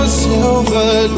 silver